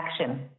action